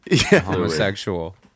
homosexual